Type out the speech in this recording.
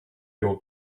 your